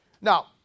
Now